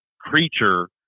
creature